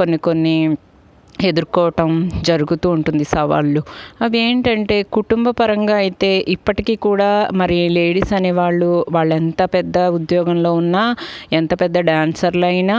కొన్ని కొన్ని ఎదుర్కోవటం జరుగుతూ ఉంటుంది సవాళ్ళు అదేంటంటే కుటుంబపరంగా అయితే ఇప్పటికీ కూడా మరి లేడీస్ అనేవాళ్ళు వాళ్ళెంత పెద్ద ఉద్యోగంలో ఉన్నా ఎంత పెద్ద డ్యాన్సర్లు అయినా